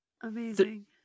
Amazing